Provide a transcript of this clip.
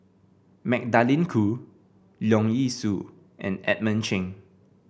Magdalene Khoo Leong Yee Soo and Edmund Cheng